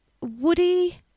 Woody